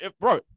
Bro